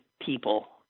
people